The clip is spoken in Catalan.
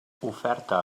oferta